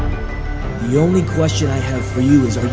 the only question i have for you is,